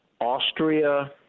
Austria